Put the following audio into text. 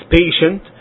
patient